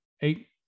eight